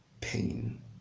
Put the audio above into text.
pain